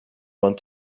want